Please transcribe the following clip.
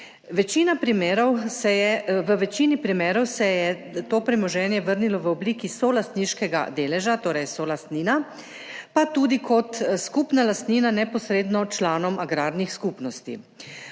V večini primerov se je to premoženje vrnilo v obliki solastniškega deleža, torej solastnina, pa tudi kot skupna lastnina neposredno članom agrarnih skupnosti.